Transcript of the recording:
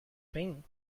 thing